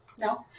No